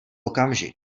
okamžik